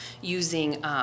using—